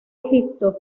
egipto